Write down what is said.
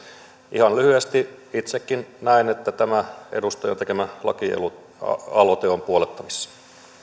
ihan lyhyesti itsekin näen että tämä edustajan tekemä lakialoite on puollettavissa arvoisa